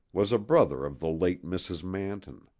was a brother of the late mrs. manton.